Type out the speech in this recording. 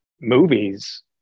movies